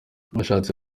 ashatse